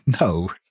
No